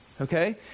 okay